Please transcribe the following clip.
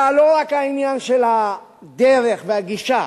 היה לא רק העניין של הדרך והגישה,